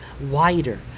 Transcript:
wider